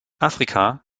afrika